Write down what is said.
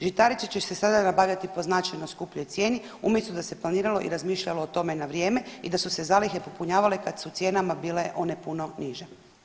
Žitarice će se sada nabavljati po značajno skupljoj cijeni umjesto da se planiralo i razmišljalo o tome na vrijeme i da su se zalihe popunjavale kada su cijenama bile one puno niže.